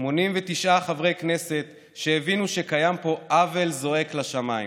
89 חברי כנסת שהבינו שקיים פה עוול זועק לשמיים,